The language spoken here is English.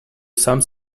some